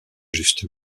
juste